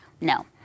no